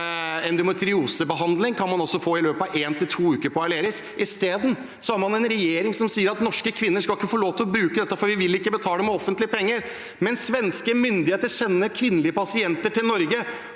Endometriosebehandling kan man også få i løpet av en til to uker på Aleris. Isteden har man en regjering som sier at norske kvinner ikke skal få lov til å bruke dette, for vi vil ikke betale med offentlige penger. Men svenske myndigheter sender kvinnelige pasienter til Norge